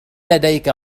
لديك